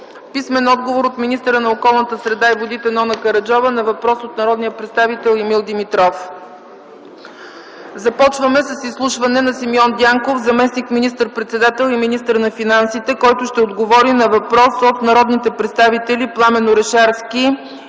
Станилов; – министъра на околната среда и водите Нона Караджова на въпрос от народния представител Емил Димитров. Започваме с изслушване на Симеон Дянков, заместник министър-председател и министър на финансите, който ще отговори на въпрос от народните представители Пламен Орешарски и Димитър